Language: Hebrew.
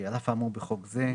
"אל אף האמור בחוק זה,